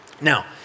Now